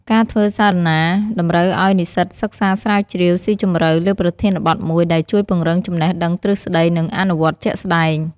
ការធ្វើសារណាតម្រូវឲ្យនិស្សិតសិក្សាស្រាវជ្រាវស៊ីជម្រៅលើប្រធានបទមួយ ដែលជួយពង្រឹងចំណេះដឹងទ្រឹស្ដី និងអនុវត្តជាក់ស្តែង។